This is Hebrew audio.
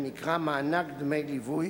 הנקרא מענק דמי ליווי,